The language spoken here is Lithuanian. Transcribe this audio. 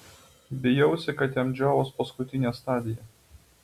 bijausi kad jam džiovos paskutinė stadija